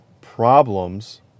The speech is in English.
problems